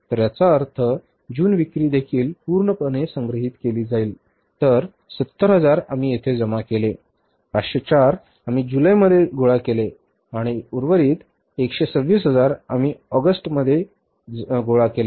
तर याचा अर्थ जून विक्री देखील पुर्णपणे संग्रहित केली जाईल तर 70000 आम्ही येथे जमा केले 504 आम्ही जुलैमध्ये गोळा केले आणि उर्वरित 126 हजार आम्ही ऑगस्ट महिन्यात गोळा केले